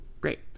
Great